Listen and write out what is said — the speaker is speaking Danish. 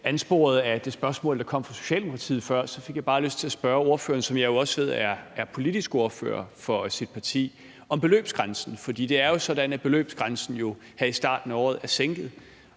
Ansporet af det spørgsmål, der kom fra Socialdemokratiet før, fik jeg bare lyst til at spørge ordføreren, som jeg også ved er politisk ordfører for sit parti, om beløbsgrænsen. For det er jo sådan, at beløbsgrænsen her i starten af året er blevet